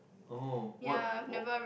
oh what wh~